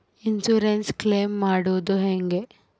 Insurance claim ಮಾಡದು ಹೆಂಗೆ?